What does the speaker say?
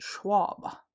schwab